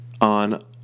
on